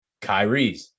Kyries